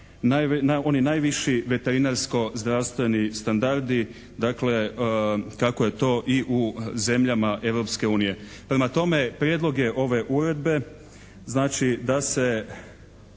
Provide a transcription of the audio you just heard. oni najviši veterinarsko-zdravstveni standardi. Dakle kako je to i u zemljama Europske unije. Prema tome prijedlog je ove uredbe znači da se